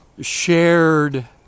shared